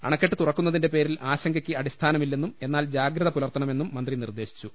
അണക്കെട്ട് തുറക്കുന്നതിന്റെ പേരിൽ ആശങ്കയ്ക്ക് അടിസ്ഥാനമില്ലെന്നും എന്നാൽ ജാഗ്രത പുലർത്തണമെന്നും മന്ത്രി നിർദേശിച്ചു